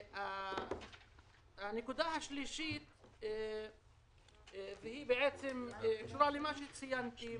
נקודה שלישית היא בעצם תשובה למה שציינתי,